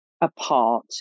Apart